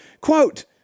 Quote